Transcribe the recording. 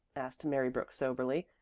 asked mary brooks soberly.